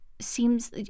seems